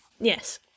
yes